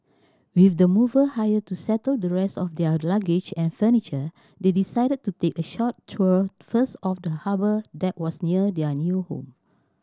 with the mover hired to settle the rest of their luggage and furniture they decided to take a short tour first of the harbour that was near their new home